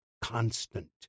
constant